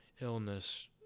illness